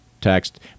text